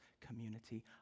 community